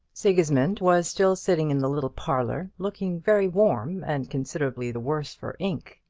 sigismund was still sitting in the little parlour, looking very warm, and considerably the worse for ink.